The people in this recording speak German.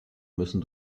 müssen